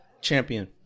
Champion